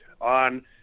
on